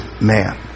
man